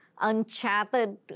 uncharted